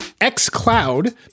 xCloud